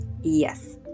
Yes